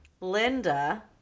Linda